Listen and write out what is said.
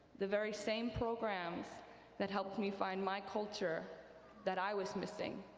the very same programs that helped me find my culture that i was missing.